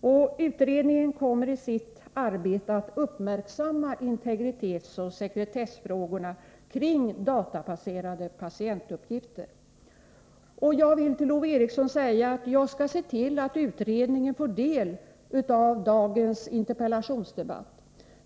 och utredningen kommer i sitt arbete att uppmärksamma integritetsoch sekretessfrågorna kring databaserade patientuppgifter. Jag vill säga till Ove Eriksson att jag skall se till att utredningen får del av dagens interpellationsdebatt.